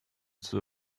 sew